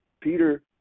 Peter